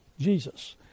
Jesus